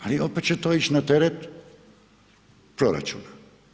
Ali, opet će to ići na teret proračuna.